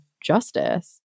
justice